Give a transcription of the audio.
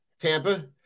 Tampa